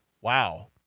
Wow